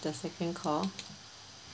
the second call